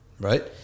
Right